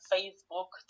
Facebook